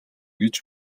гэж